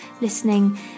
listening